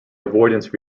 avoidance